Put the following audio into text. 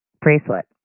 Bracelet